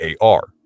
AR